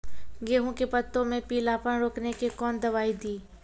गेहूँ के पत्तों मे पीलापन रोकने के कौन दवाई दी?